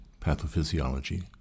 pathophysiology